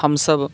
हमसभ